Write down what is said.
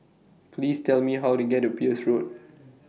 Please Tell Me How to get to Peirce Road